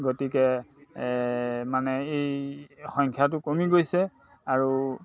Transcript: গতিকে মানে এই সংখ্যাটো কমি গৈছে আৰু